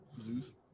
Zeus